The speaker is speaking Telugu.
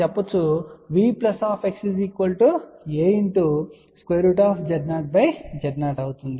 కాబట్టి ఇప్పుడు మనం చెప్పగలం V aZ0Z0 అవుతుంది